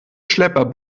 schlepper